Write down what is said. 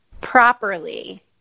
properly